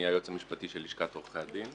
אני היועץ המשפטי של לשכת עורכי הדין.